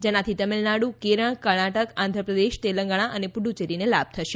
જેનાથી તમિલનાડુ કેરલ કર્ણાટક આંધ્રપ્રદેશ તેલંગાણા અને પુફ્યેરીને લાભ થશે